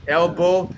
elbow